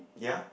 ya